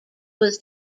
was